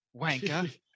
wanker